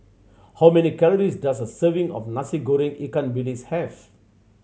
how many calories does a serving of Nasi Goreng ikan bilis have